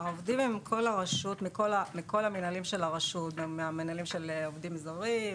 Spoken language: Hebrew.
העובדים הם מכל המינהלים של הרשות: מהמינהלים של עובדים זרים,